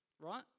right